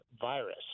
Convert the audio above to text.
virus